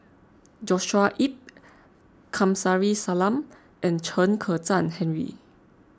Joshua Ip Kamsari Salam and Chen Kezhan Henri